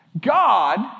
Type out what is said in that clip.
God